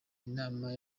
inama